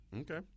Okay